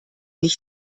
nicht